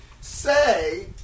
say